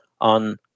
on